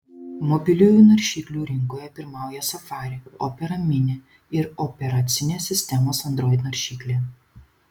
mobiliųjų naršyklių rinkoje pirmauja safari opera mini ir operacinės sistemos android naršyklė